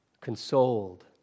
consoled